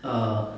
err